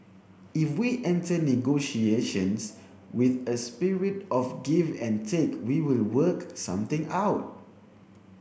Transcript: if we enter negotiations with a spirit of give and take we will work something out